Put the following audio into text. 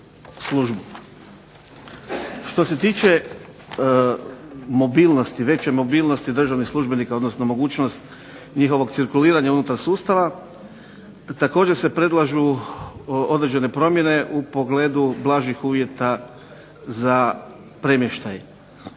mobilnosti, veće mobilnosti državnih službenika, odnosno mogućnost njihovog cirkuliranja unutar sustava također se predlažu određene promjene u pogledu blažih uvjeta za premještaj.